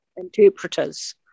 Interpreters